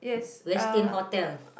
we're staying hotel